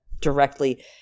directly